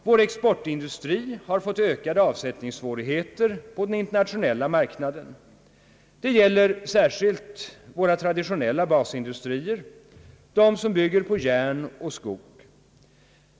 Vår exportindustri har fått ökade avsättningssvårigheter på den internationella marknaden. Det gäller särskilt våra traditionella basindustrier som bygger på järn och skog.